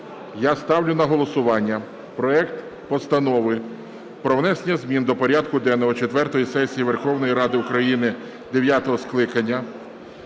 я ставлю на голосування проект Постанови про внесення змін до порядку денного четвертої сесії Верховної Ради України дев'ятого скликання